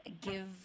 give